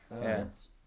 Yes